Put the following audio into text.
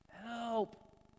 Help